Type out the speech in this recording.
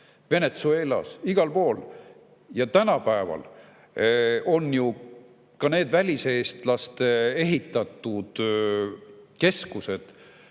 Venezuelas, igal pool. Tänapäeval on ju ka need väliseestlaste ehitatud keskused,